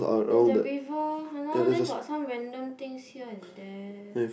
there's a river !walao! then got some random things here and there